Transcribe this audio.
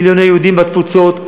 מיליוני יהודים בתפוצות,